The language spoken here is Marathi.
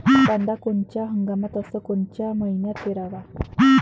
कांद्या कोनच्या हंगामात अस कोनच्या मईन्यात पेरावं?